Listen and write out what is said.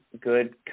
good